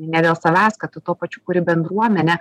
ne dėl savęs kad tu tuo pačiu kuri bendruomenę